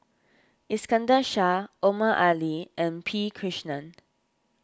Iskandar Shah Omar Ali and P Krishnan